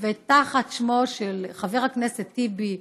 ותחת שמו של חבר הכנסת טיבי הופיע: